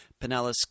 Pinellas